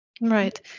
Right